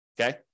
okay